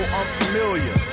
unfamiliar